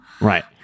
Right